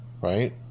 right